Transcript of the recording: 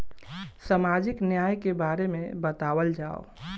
सामाजिक न्याय के बारे में बतावल जाव?